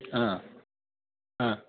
हा हा